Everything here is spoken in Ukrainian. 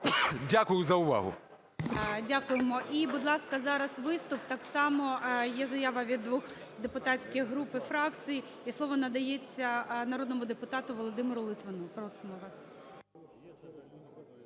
Дякую за увагу. ГОЛОВУЮЧИЙ. Дякуємо. І, будь ласка, зараз виступ, так само є заява від двох депутатських груп і фракцій, і слово надається народному депутату Володимиру Литвину. Просимо вас.